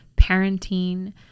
parenting